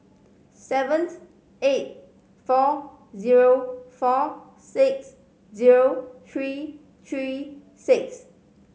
seven eight four zero four six zero three three six